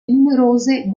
numerose